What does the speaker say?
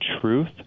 truth